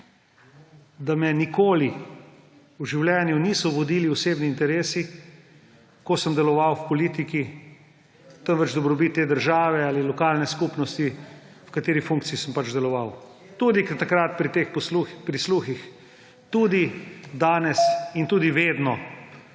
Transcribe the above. da me nikoli v življenju niso vodili osebni interesi, ko sem deloval v politiki, temveč dobrobit te države ali lokalne skupnosti, v kateri funkciji sem pač deloval. Tudi takrat pri teh prisluhih, tudi danes in tudi vedno.